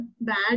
bad